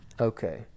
okay